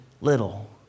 little